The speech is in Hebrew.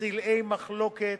סלעי מחלוקת,